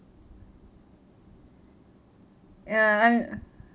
ya